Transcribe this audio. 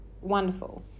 wonderful